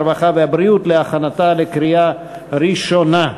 הרווחה והבריאות להכנתה לקריאה ראשונה.